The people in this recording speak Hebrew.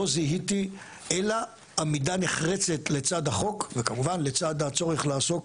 לא זיהיתי אלא עמידה נחרצת לצד החוק וכמובן לצד הצורך לעסוק